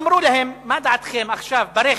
אמרו להן: מה דעתכן עכשיו, ברכב,